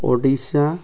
Odisha